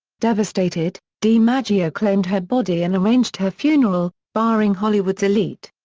devastated, dimaggio claimed her body and arranged her funeral, barring hollywood's elite.